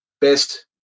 best